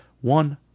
One